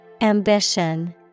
Ambition